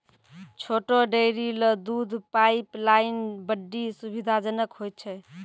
छोटो डेयरी ल दूध पाइपलाइन बड्डी सुविधाजनक होय छै